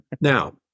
Now